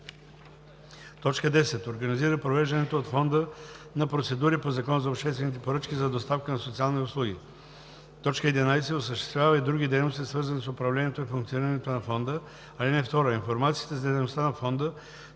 10. организира провеждането от фонда на процедури по Закона за обществените поръчки за доставка на социални услуги; 11. осъществява и други дейности, свързани с управлението и функционирането на фонда. (2) Информацията за дейността на фонда